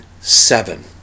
Seven